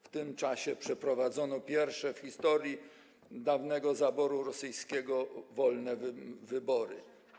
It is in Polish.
W tym czasie przeprowadzono pierwsze w historii dawnego zaboru rosyjskiego wolne wybory.